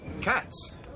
Cats